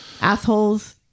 assholes